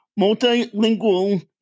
multilingual